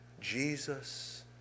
Jesus